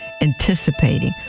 anticipating